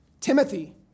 Timothy